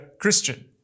Christian